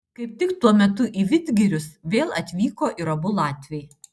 kaip tik tuo metu į vidgirius vėl atvyko ir abu latviai